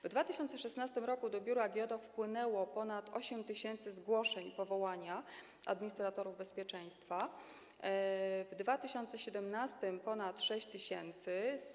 W 2016 r. do biura GIODO wpłynęło ponad 8 tys. zgłoszeń powołania administratorów bezpieczeństwa, w 2017 r. - ponad 6 tys.